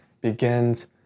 begins